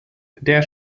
der